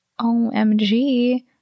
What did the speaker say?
omg